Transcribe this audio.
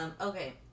Okay